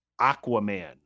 Aquaman